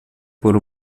por